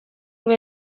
bere